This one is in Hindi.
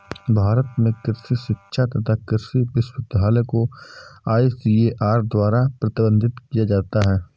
भारत में कृषि शिक्षा तथा कृषि विश्वविद्यालय को आईसीएआर द्वारा प्रबंधित किया जाता है